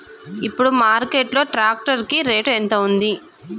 ఇప్పుడు మార్కెట్ లో ట్రాక్టర్ కి రేటు ఎంత ఉంది?